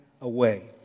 away